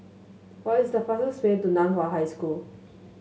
what is the fastest way to Nan Hua High School